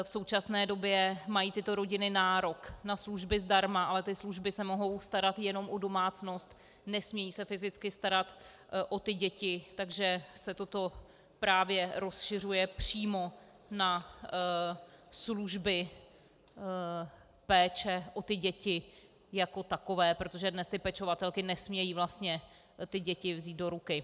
V současné době mají tyto rodiny nárok na služby zdarma, ale ty služby se mohou starat jenom o domácnost, nesmějí se fyzicky starat o děti, takže se toto právě rozšiřuje přímo na služby péče o děti jako také, protože dnes pečovatelky nesmějí vlastně ty děti vzít do ruky.